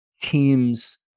teams